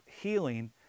healing